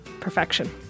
perfection